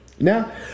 Now